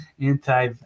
anti-